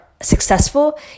Successful